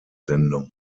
sendung